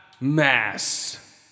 mass